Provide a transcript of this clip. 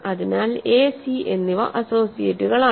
അതിനാൽ a c എന്നിവ അസോസിയേറ്റുകളാണ്